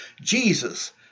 Jesus